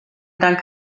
dank